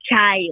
child